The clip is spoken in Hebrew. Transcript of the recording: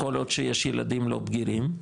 כל עוד שיש ילדים לא בגירים,